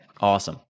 Awesome